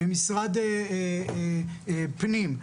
במשרד פנים,